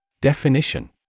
Definition